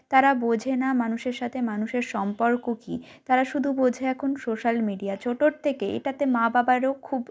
তারা বোঝে না মানুষের সাথে মানুষের সম্পর্ক কী তারা শুধু বোঝে এখন সোশ্যাল মিডিয়া ছোটোর থেকে এটাতে মা বাবারও খুব